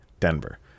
Denver